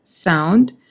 Sound